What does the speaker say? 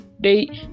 date